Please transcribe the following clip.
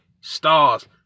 stars